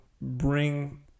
bring